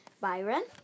Byron